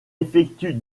effectue